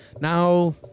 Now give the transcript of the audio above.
Now